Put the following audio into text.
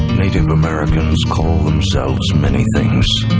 native americans call themselves many things.